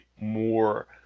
more